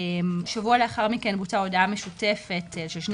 שבוע לאחר מכן הוצאה הודעה משותפת של שני